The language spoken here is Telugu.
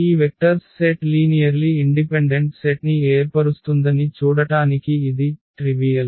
ఈ వెక్టర్స్ సెట్ లీనియర్లి ఇండిపెండెంట్ సెట్ని ఏర్పరుస్తుందని చూడటానికి ఇది చిన్నవిషయం